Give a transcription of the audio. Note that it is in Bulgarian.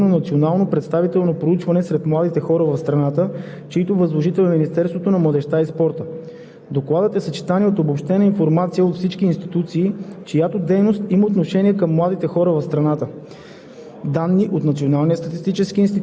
Годишният доклад за младежта за 2019 г. е изготвен въз основа на чл. 5 от Закона за младежта. За целите на Годишния доклад през 2020 г. е реализирано национално представително проучване сред младите хора в страната, чийто възложител е Министерството на младежта и спорта.